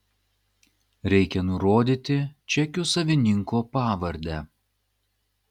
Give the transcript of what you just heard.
reikia nurodyti čekių savininko pavardę